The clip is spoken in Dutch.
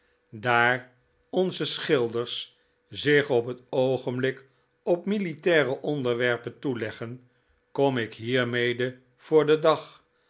daar onze schilders zich op het oogenblik op militaire onderwerpen toeleggen kom ik hiermede voor den dag